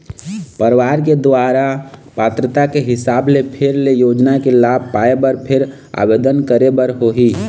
परवार के दुवारा पात्रता के हिसाब ले फेर ले योजना के लाभ पाए बर फेर आबेदन करे बर होही